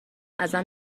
ازم